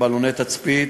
בלוני תצפית